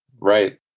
Right